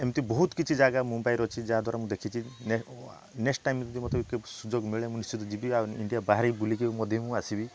ଏମିତି ବହୁତ କିଛି ଜାଗା ମୁମ୍ବାଇରେ ଅଛି ଯାହା ଦ୍ୱାରା ମୁଁ ଦେଖିଛି ନେକ୍ସଟ ଟାଇମ ଯଦି ମତେ କେବେ ସୁଯୋଗ ମିଳେ ମୁଁ ନିଶ୍ଚିନ୍ତ ଯିବି ଆଉ ଇଣ୍ଡିଆ ବାହାରେ ବି ବୁଲିକି ମଧ୍ୟ ମୁଁ ଆସିବି